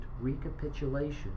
recapitulation